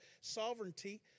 sovereignty